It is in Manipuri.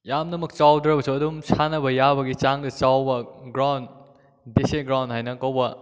ꯌꯥꯝꯅ ꯃꯛ ꯆꯥꯎꯗ꯭ꯔꯕꯁꯨ ꯑꯗꯨꯝ ꯁꯥꯟꯅꯕ ꯌꯥꯕꯒꯤ ꯆꯥꯡꯗ ꯆꯥꯎꯕ ground D S A ground ꯍꯥꯏꯅ ꯀꯧꯕ